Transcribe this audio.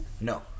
no